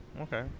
okay